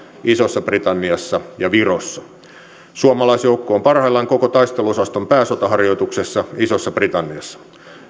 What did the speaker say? isossa britanniassa ja virossa suomalaisjoukko on parhaillaan koko taisteluosaston pääsotaharjoituksessa isossa britanniassa